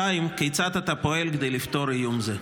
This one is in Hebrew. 2. כיצד אתה פועל כדי לפתור איום זה?